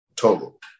total